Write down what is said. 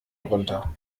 runter